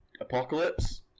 Apocalypse